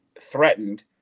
threatened